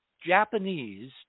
Japanese